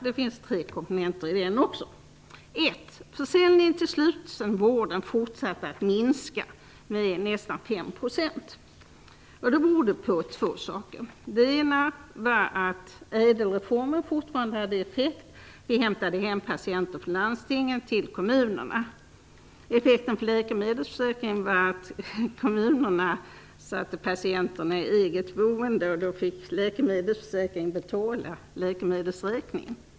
Det finns tre komponenter här också. 1. Försäljningen till slutenvården fortsatte att minska med nästan 5 %. Det berodde på två saker. Den ena var att ÄDEL-reformen fortfarande hade effekt. Vi hämtade hem patienter från landstingen till kommunerna. Effekten på läkemedelsökningen var att kommunerna satte patienterna i eget boende, och då fick läkemedelsförsäkringen betala läkemedelsräkningen.